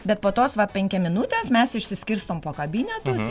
bet po tos va penkiaminutės mes išsiskirstom po kabinetus